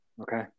Okay